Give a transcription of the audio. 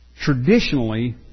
Traditionally